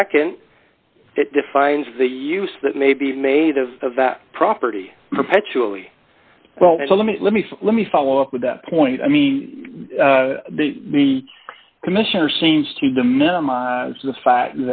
it defines the use that may be made of that property perpetually well let me let me let me follow up with that point i mean the commissioner seems to the minimize the fact